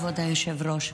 כבוד היושב-ראש.